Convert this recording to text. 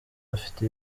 bafite